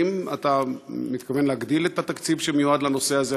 האם אתה מתכוון להגדיל את התקציב שמיועד לנושא הזה?